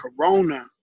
Corona